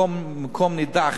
בכל מקום נידח,